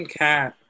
cat